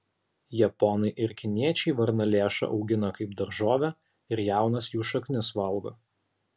japonai ir kiniečiai varnalėšą augina kaip daržovę ir jaunas jų šaknis valgo